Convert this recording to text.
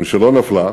ומשלא נפלה,